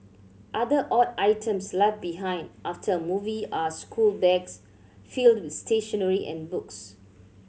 other odd items left behind after a movie are school bags filled with stationery and books